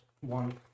One